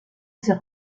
ces